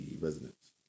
residents